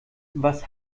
was